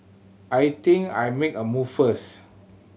I think I make a move first